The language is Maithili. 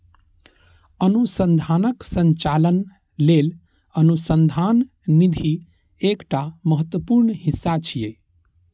अनुसंधानक संचालन लेल अनुसंधान निधि एकटा महत्वपूर्ण हिस्सा छियै